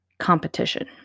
Competition